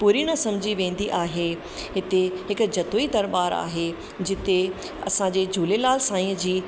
पूरी न सम्झी वेंदी आहे हिते हिक जतोई दरबारु आहे जिते असांजे झूलेलाल साईंअ जी